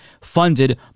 funded